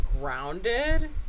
grounded